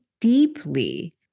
deeply